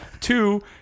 Two